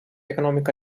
economic